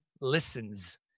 listens